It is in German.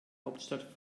hauptstadt